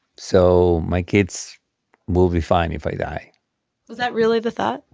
so my kids will be fine if i die was that really the thought?